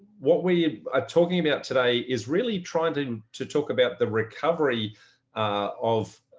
what we are talking about today is really trying to talk about the recovery of